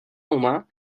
humà